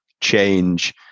change